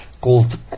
called